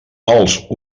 els